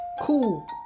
cool